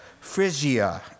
Phrygia